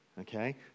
Okay